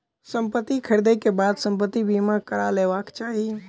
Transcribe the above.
संपत्ति ख़रीदै के बाद संपत्ति बीमा करा लेबाक चाही